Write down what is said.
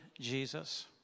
Jesus